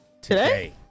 today